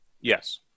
yes